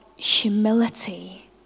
humility